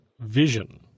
vision